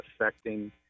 affecting